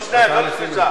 כמה מציעים היו?